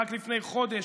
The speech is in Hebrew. רק לפני חודש,